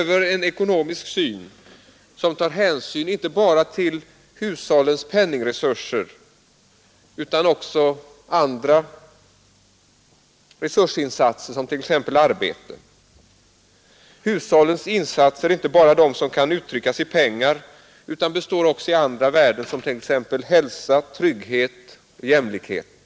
Vi till hushållens penningresurser utan också till andra resursinsatser som t.ex. arbete. behöver en ekonomisk syn som tar hänsyn inte bara Hushållens insatser är inte bara de som kan uttryckas i pengar utan består också i andra värden som t.ex. hälsa, trygghet och jämlikhet.